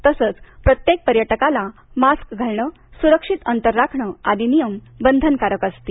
तसंच प्रत्येक पर्यटकाला मास्क घालणं सुरक्षित अंतर राखणं आदी नियम बंधनकारक असतील